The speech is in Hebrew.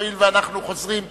הואיל ואנחנו חוזרים לסדר-היום,